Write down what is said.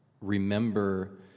remember